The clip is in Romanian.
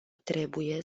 trebuie